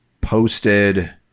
posted